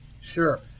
sure